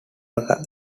oracle